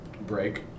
break